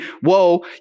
whoa